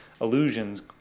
illusions